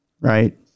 Right